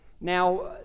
Now